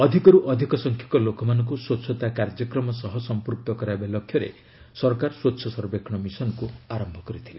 ଅଧିକରୁ ଅଧିକ ସଂଖ୍ୟକ ଲୋକମାନଙ୍କୁ ସ୍ୱଚ୍ଛତା କାର୍ଯ୍ୟକ୍ରମ ସହ ସଂପୃକ୍ତ କରାଇବା ଲକ୍ଷ୍ୟରେ ସରକାର ସ୍ୱଚ୍ଚ ସର୍ବେକ୍ଷଣ ମିଶନକୁ ଆରମ୍ଭ କରିଥିଲେ